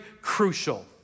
crucial